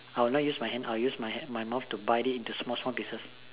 I'll not use my hand I'll use my mouth to bite it into small small pieces